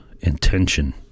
intention